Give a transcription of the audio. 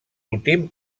últim